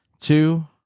Two